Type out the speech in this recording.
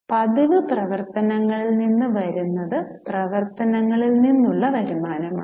പതിവ് പ്രവർത്തനങ്ങളിൽ നിന്ന് വരുന്നത് പ്രവർത്തനങ്ങളിൽ നിന്നുള്ള വരുമാനമാണ്